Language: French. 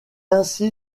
ainsi